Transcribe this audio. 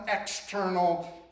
external